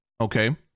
okay